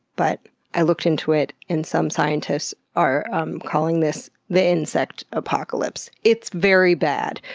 but i looked into it, and some scientists are um calling this the insect apocalypse. it's very bad.